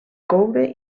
coure